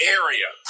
area